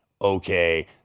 okay